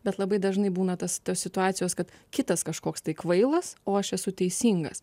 bet labai dažnai būna tas tos situacijos kad kitas kažkoks tai kvailas o aš esu teisingas